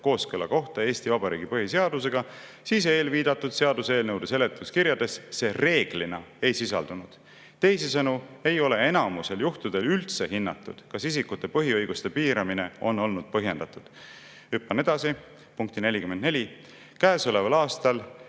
kooskõla kohta Eesti Vabariigi põhiseadusega, siis eelviidatud seaduseelnõude seletuskirjades see reeglina ei sisaldunud. Teisisõnu ei ole enamusel juhtudel üldse hinnatud, kas isikute põhiõiguste piiramine on olnud põhjendatud."Hüppan edasi punkti 44: "Käesoleval aastal